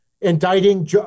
indicting